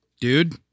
Dude